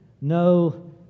no